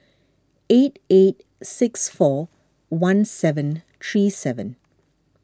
eight eight six four one seven three seven